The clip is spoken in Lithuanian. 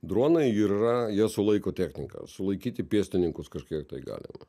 dronai yra ir jie sulaiko techniką sulaikyti pėstininkus kažkiek galima